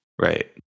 Right